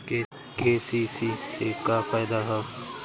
KCC से का फायदा ह?